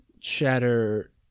shatter